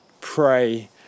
Pray